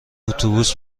اتوبوس